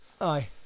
Aye